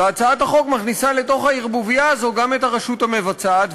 והצעת החוק מכניסה לתוך הערבוביה הזו גם את הרשות המבצעת,